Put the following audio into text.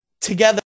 together